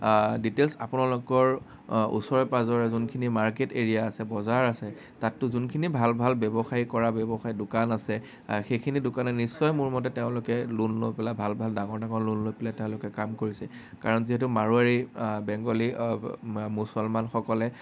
details আপোনালোকৰ ওচৰে পাজৰে যোনখিনি মাৰ্কেট এৰিয়া আছে বজাৰ আছে তাততো যোনখিনি ভাল ভাল ব্যৱসায় কৰা ব্যৱসায়ী দোকান আছে সেইখিনি দোকানে নিশ্চয় মোৰমতে তেওঁলোকে লোন লৈ পেলাই ভাল ভাল ডাঙৰ ডাঙৰ লোন লৈ পেলাই তেওঁলোকে কাম কৰিছে কাৰণ যিহেতু মাৰোৱাৰী বেংগলী মুছলমানসকলে